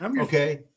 Okay